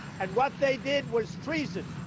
and what they did was treason.